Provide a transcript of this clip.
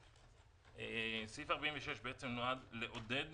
סעיף 46 נועד לעודד